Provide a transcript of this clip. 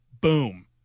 boom